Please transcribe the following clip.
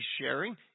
sharing